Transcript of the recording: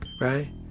right